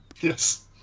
Yes